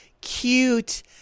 cute